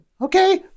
okay